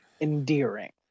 endearing